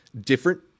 different